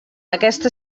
aquesta